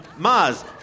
Maz